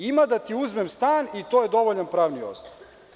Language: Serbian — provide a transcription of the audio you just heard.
Ima da ti uzmem stan i to je dovoljan pravni osnov.